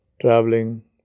Traveling